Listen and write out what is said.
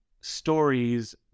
stories